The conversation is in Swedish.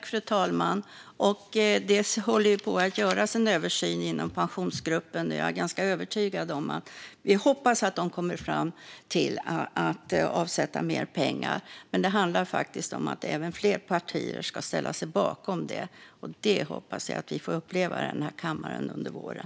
Fru talman! Det håller på och görs en översyn inom Pensionsgruppen. Vi hoppas att den kommer fram till att avsätta mer pengar. Men det handlar om att även fler partier ska ställa sig bakom det. Det hoppas jag att vi får uppleva i kammaren under våren.